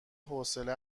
حوصله